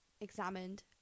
examined